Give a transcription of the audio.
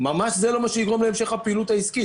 ממש זה לא מה יגרום להמשך הפעילות העסקית.